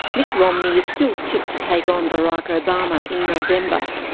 mitt romney is still tipped to take on barack obama in november.